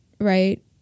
right